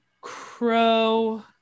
crow